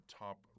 top